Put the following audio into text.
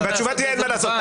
התשובה תהיה אין מה לעשות.